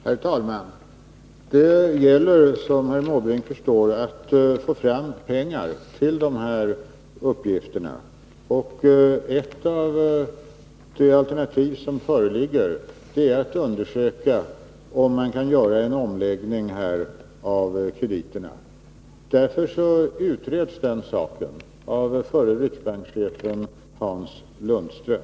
Herr talman! Det gäller, som herr Måbrink förstår, att få fram pengar till de här uppgifterna. Ett av de alternativ som föreligger är att undersöka om man kan göra en omläggning av krediterna. Därför utreds den saken av förre riksbankschefen Hans Lundström. Jag kan inte försvara ett förslag som ännu inte är framlagt, utan vi måste avvakta utredningen. Sedan får regeringen ta ställning.